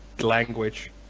language